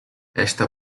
esta